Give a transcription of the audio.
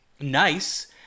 nice